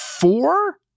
four